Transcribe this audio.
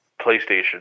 PlayStation